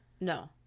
No